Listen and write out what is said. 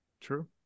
True